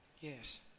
Yes